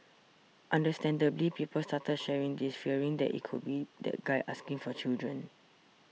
understandably people started sharing this fearing that it could be that guy asking for children